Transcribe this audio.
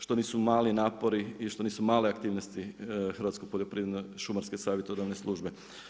što nisu mali napori i što nisu male aktivnosti Hrvatskoj poljoprivredno-šumarske savjetodavne službe.